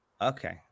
Okay